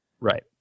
Right